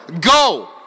Go